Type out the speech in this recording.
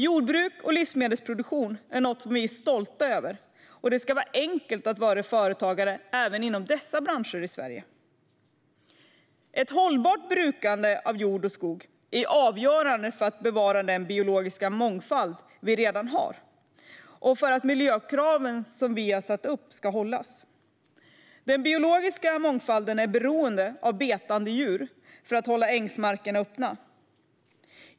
Jordbruk och livsmedelsproduktion är något vi är stolta över, och det ska vara enkelt att vara företagare även inom dessa branscher i Sverige. Ett hållbart brukande av jord och skog är avgörande för att bevara den biologiska mångfald vi redan har och för att de miljökrav vi har ställt upp ska följas. Den biologiska mångfalden är beroende av betande djur för att hålla ängsmarkerna öppna.